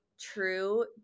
true